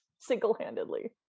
single-handedly